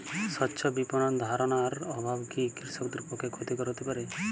স্বচ্ছ বিপণন ধারণার অভাব কি কৃষকদের পক্ষে ক্ষতিকর হতে পারে?